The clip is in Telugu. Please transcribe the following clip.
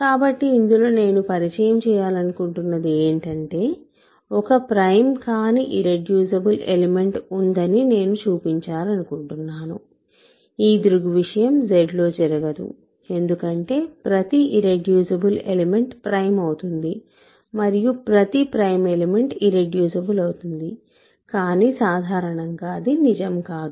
కాబట్టి ఇందులో నేను పరిచయం చేయాలనుకుంటున్నది ఏమిటంటే ఒక ప్రైమ్ కాని ఇర్రెడ్యూసిబుల్ ఎలిమెంట్ ఉందని నేను చూపించాలనుకుంటున్నాను ఈ దృగ్విషయం Z లో జరగదు ఎందుకంటే ప్రతి ఇర్రెడ్యూసిబుల్ ఎలిమెంట్ ప్రైమ్ అవుతుంది మరియు ప్రతి ప్రైమ్ ఎలిమెంట్ ఇర్రెడ్యూసిబుల్ అవుతుంది కానీ సాధారణంగా అది నిజం కాదు